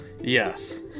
Yes